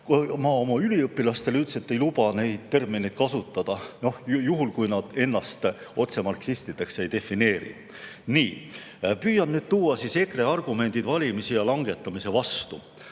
Ma oma üliõpilastel üldiselt ei luba neid termineid kasutada, kui nad ennast just otse marksistidena ei defineeri. Püüan nüüd tuua EKRE argumendid valimisea langetamise vastu.